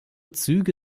züge